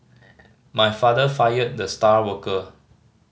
my father fired the star worker